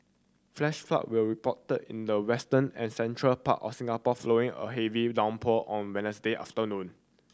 flash flood were reported in the western and central part of Singapore following a heavy downpour on Wednesday afternoon